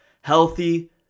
healthy